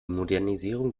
modernisierung